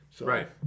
Right